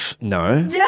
No